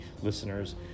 listeners